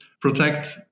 protect